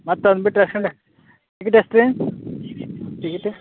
ಮತ್ತು ಅದನ್ನು ಬಿಟ್ರೆ ಎಷ್ಟು ಗಂಟೆ ಟಿಕೆಟ್ ಎಷ್ಟು ರಿ ಟಿಗಿಟ